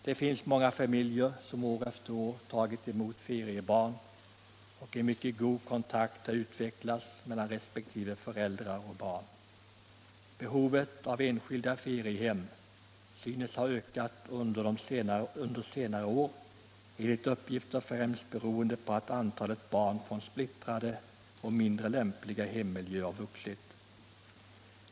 Det finns många familjer som år efter år tagit emot feriebarn, och en mycket god kontakt har utvecklats mellan resp. föräldrar och barn. Behovet av enskilda feriehem synes ha ökat under senare år, enligt uppgift främst beroende på att antalet barn från splittrade och mindre lämpliga hemmiljöer vuxit.